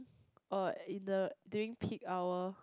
uh in the during peak hour